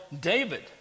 David